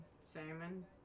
Salmon